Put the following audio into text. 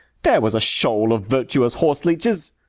there was a shoal of virtuous horse leeches!